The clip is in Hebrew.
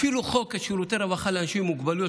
אפילו חוק שירותי רווחה לאנשים עם מוגבלויות,